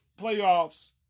playoffs